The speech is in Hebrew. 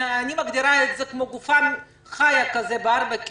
אני מגדירה את זה: להיות כמו גופה חיה בין ארבעה קירות,